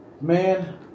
Man